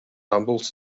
tumbles